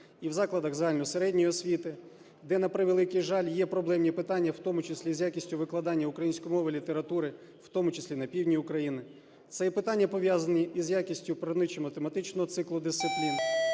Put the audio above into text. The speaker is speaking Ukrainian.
і в закладах загальної середньої освіти, де, на превеликий жаль, є проблемні питання, в тому числі з якістю викладання української мови, літератури, в тому числі на півдні України. Це і питання, пов'язані і з якістю природничо-математичного циклу дисциплін,